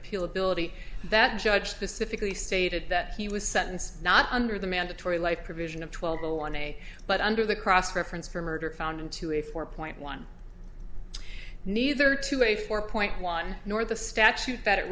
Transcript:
appeal ability that judge specifically stated that he was sentenced not under the mandatory life provision of twelve a one day but under the cross reference for murder found into a four point one neither to a four point one nor the statute that